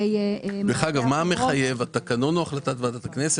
מה מחייב, התקנון או החלטת ועדת הכנסת?